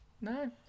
No